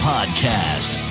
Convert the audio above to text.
Podcast